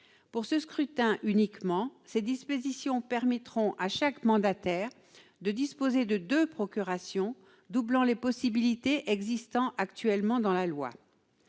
Pour ce scrutin uniquement, ces dispositions permettront à chaque mandataire de disposer de deux procurations, doublant ainsi les possibilités actuellement prévues par la loi.